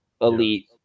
elite